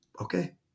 okay